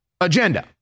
agenda